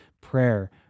prayer